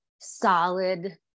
solid